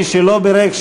מי שלא בירך,